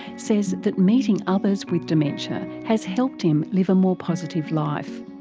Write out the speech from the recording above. says that meeting others with dementia has helped him live a more positive life.